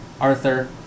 Arthur